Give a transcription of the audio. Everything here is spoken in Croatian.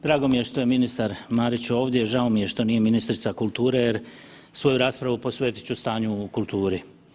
Drago mi je što je ministar Marić ovdje, žao mi je što nije ministrica kulture jer svoju raspravu posvetit ću stanju u kulturi.